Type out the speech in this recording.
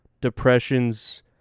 depressions